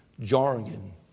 jargon